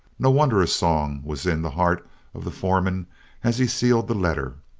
no wonder a song was in the heart of the foreman as he sealed the letter.